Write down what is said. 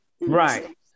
Right